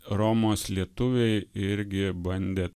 romos lietuviai irgi bandė